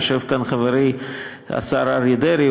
יושב כאן חברי השר אריה דרעי,